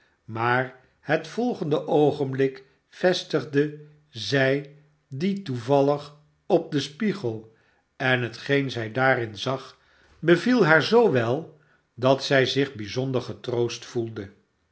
maar het volgende oogenblik vestigde zij die toevallig op den spiegel en hetgeen zij daarin zag beviel haar zoo wel dat zij zich bijzonder getroost gevoelde